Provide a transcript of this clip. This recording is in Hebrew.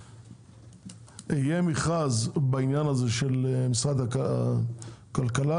יהיה מכרז בעניין הזה של משרד הכלכלה,